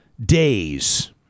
days